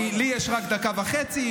כי לי יש רק דקה וחצי,